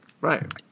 Right